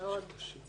מאוד קשים